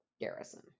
Garrison